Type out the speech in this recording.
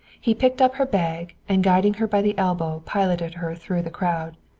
he picked up her bag, and guiding her by the elbow, piloted her through the crowd.